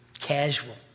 casual